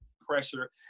pressure